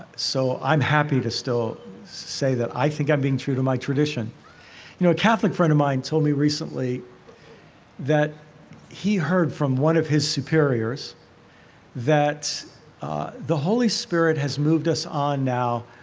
so i'm happy to still say that i think i'm being true to my tradition you know, a catholic friend of mine told me recently that he heard from one of his superiors that the holy spirit has moved us on now.